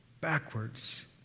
backwards